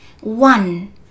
one